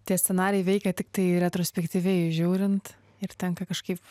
tie scenarijai veikia tiktai retrospektyviai žiūrint ir tenka kažkaip